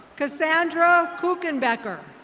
cassandra pookinbecker.